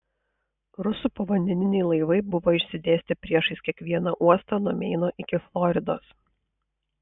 rusų povandeniniai laivai buvo išsidėstę priešais kiekvieną uostą nuo meino iki floridos